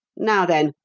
now, then,